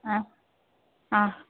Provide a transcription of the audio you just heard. ആ ആ